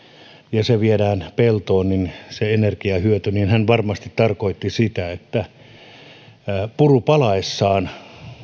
ja viedään se peltoon ja hän varmasti tarkoitti sitä että puru palaessaan